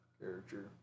character